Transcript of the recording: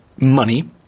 money